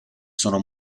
sono